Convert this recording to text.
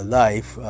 life